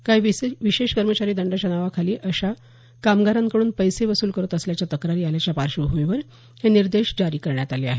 काही पोलिस कर्मचारी दंडाच्या नावाखाली अशा कामगारांकडून पैसे वसूल करत असल्याच्या तक्रारी आल्याच्या पार्श्वभूमीवर हे निर्देश जारी करण्यात आले आहेत